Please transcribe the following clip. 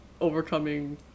overcoming